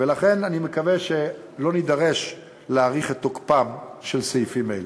לכן אני מקווה שלא נידרש להאריך את תוקפם של סעיפים אלה.